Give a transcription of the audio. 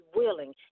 willing